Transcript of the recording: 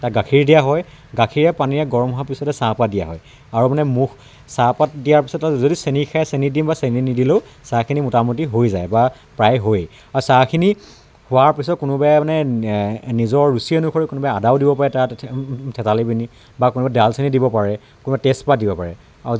তাক গাখীৰ দিয়া হয় গাখীৰে পানীয়ে গৰম হোৱাৰ পিছতে চাহপাত দিয়া হয় আৰু মানে মুখ চাহপাত দিয়াৰ পিছত আৰু যদি চেনী খায় চেনী দিম বা চেনী নিদিলেও চাহখিনি মোটামুটি হৈ যায় বা প্ৰায় হয় আৰু চাহখিনি হোৱাৰ পিছত কোনোবাই মানে নিজৰ ৰুচি অনুসৰি কোনোবাই আদাও দিব পাৰে তাত থেতালি পিনি বা কোনোবাই দালচেনি দিব পাৰে কোনোবাই তেজপাত দিব পাৰে আৰু